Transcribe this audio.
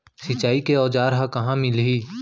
सिंचाई के औज़ार हा कहाँ मिलही?